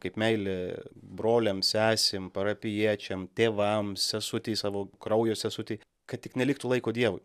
kaip meilė broliam sesėm parapijiečiam tėvam sesutei savo kraujo sesutei kad tik neliktų laiko dievui